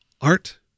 art